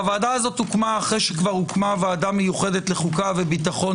הוועדה הזאת הוקמה אחרי שהוקמה ועדה מיוחדת לחוקה וביטחון